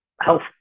health